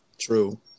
True